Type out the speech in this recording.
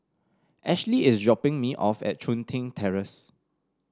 Ashli is dropping me off at Chun Tin Terrace